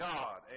God